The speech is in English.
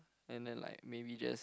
and then like maybe just